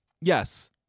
yes